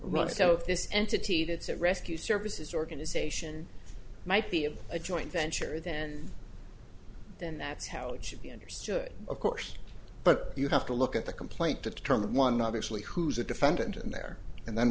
this entity that's a rescue services organization might be of a joint venture then then that's how it should be understood of course but you have to look at the complaint to determine one obviously who is a defendant in there and then